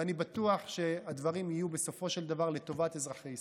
ואני בטוח שהדברים יהיו בסופו של דבר לטובת אזרחי ישראל.